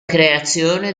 creazione